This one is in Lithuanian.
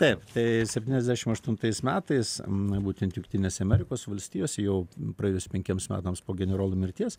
taip tai septyniasdešim aštuntais metais būtent jungtinėse amerikos valstijose jau praėjus penkiems metams po generolo mirties